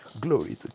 Glory